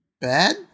Bad